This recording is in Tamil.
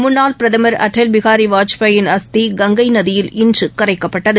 முன்னாள் பிரதமா் அடல் பிஹாரி வாஜ்பாயின் அஸ்தி கங்கை நதியில் இன்று கரைக்கப்பட்டது